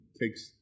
takes